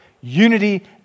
Unity